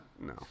No